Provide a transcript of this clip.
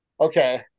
Okay